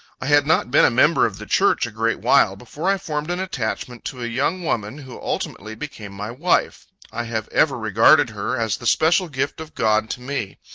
i had not been a member of the church a great while, before i formed an attachment to a young woman, who ultimately became my wife. i have ever regarded her as the special gift of god to me.